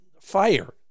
fire